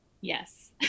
Yes